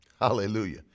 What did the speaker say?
Hallelujah